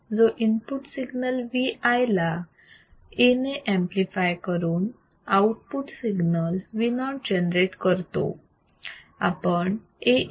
जो input signal Vi ला A ने ऍम्प्लिफाय करून आउटपुट सिग्नल Vo जनरेट करतो